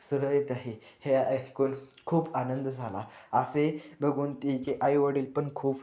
सुरळीत आहे हे ऐकून खूप आनंद झाला असे बघून तेचे आईवडील पण खूप